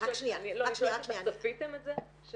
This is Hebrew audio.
אתם צפיתם את זה?